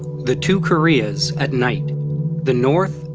the two koreas at night the north,